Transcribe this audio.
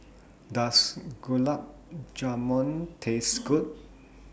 Does Gulab Jamun Taste Good